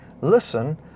listen